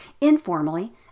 informally